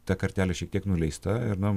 ta kartelė šiek tiek nuleista ir na